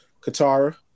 Katara